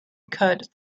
cut